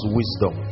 wisdom